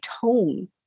tone